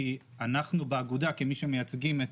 כי אנחנו באגודה כמי שמייצגים את